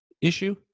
issue